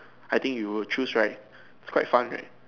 I think you would choose right it's quite fun right